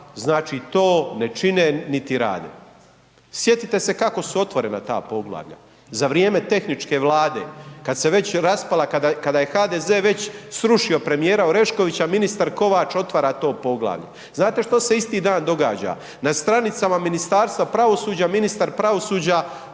znači, to ne čine, niti rade. Sjetite se kako su otvorena ta poglavlja, za vrijeme tehničke Vlade, kad se već raspala, kada je HDZ već srušio premijera Oreškovića, ministar Kovač otvara to poglavlje. Znate što se isti dan događa? Na stranicama Ministarstva pravosuđa ministar pravosuđa,